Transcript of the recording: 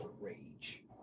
rage